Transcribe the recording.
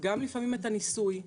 גם לפעמים את הניסוי.